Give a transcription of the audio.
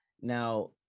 now